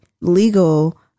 legal